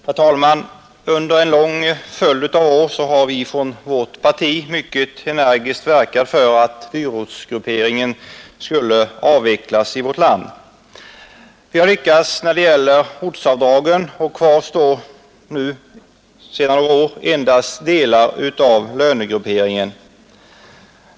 Herr talman! Under en lång följd av år har vi från vårt parti mycket energiskt verkat för en avveckling av dyrortsgrupperingen i vårt land. Vi har lyckats när det gäller ortsavdragen, och kvar står nu sedan några år endast delar av lönegrupperingen.